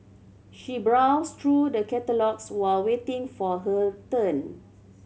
she browsed through the catalogues while waiting for her turn